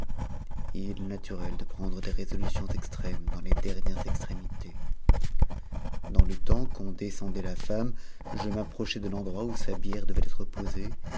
naturel de prendre des résolutions extrêmes dan les dernières extrémités dans le temps qu'on descendait la femme je m'approchai de l'endroit où sa bière devait être posée